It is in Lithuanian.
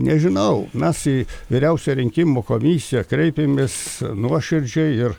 nežinau mes į vyriausiąją rinkimų komisiją kreipėmės nuoširdžiai ir